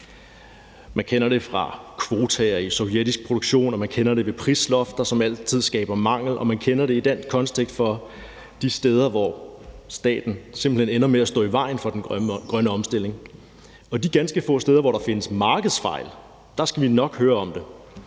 Man kender det fra kvotaer i sovjetisk produktion, og man kender det i forbindelse med prislofter, som altid skaber mangel. Og man kender det i dansk kontekst fra de steder, hvor staten simpelt hen ender med at stå i vejen for den grønne omstilling. I forbindelse med de ganske få steder, hvor der findes markedsfejl, skal vi nok høre om det,